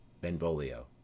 Benvolio